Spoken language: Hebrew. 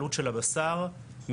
אבל מעדויות שקיבלתי עולה שהם מתערבים